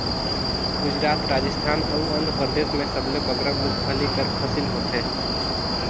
गुजरात, राजिस्थान अउ आंध्रपरदेस में सबले बगरा मूंगफल्ली कर फसिल होथे